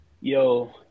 Yo